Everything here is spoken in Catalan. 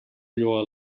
lloa